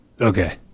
okay